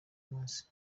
munsi